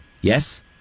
Yes